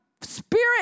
spirit